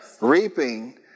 reaping